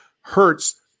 hurts